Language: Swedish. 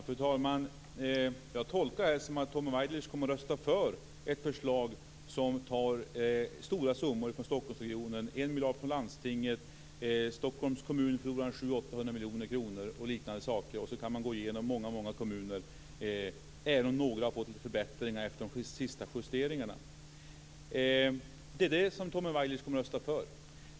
Fru talman! Jag tolkar det som att Tommy Waidelich kommer att rösta för ett förslag som innebär att stora summor tas från Stockholmsregionen. Det är 1 miljard kronor från landstinget, och Stockholms kommun förlorar 700-800 miljoner kronor. Man kan gå igenom många kommuner och se sådant, även om några har fått lite förbättringar efter de sista justeringarna. Det är det här förslaget som Tommy Waidelich kommer att rösta för.